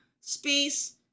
space